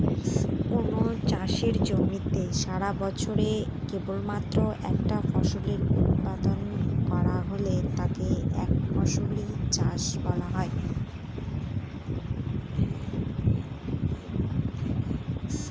কোনো চাষের জমিতে সারাবছরে কেবলমাত্র একটা ফসলের উৎপাদন করা হলে তাকে একফসলি চাষ বলা হয়